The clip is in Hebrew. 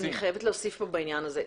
אני חייבת להוסיף בעניין הזה.